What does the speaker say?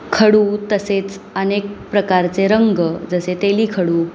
खडू तसेच अनेक प्रकारचे रंग जसे तेलीखडू